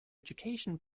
education